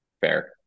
Fair